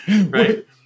Right